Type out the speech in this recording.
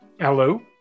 Hello